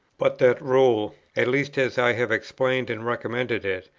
but that rule, at least as i have explained and recommended it,